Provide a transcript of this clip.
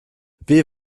wie